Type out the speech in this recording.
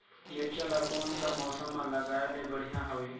मिरचा ला कोन सा मौसम मां लगाय ले बढ़िया हवे